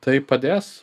tai padės